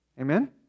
Amen